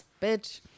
Bitch